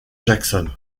jackson